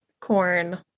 corn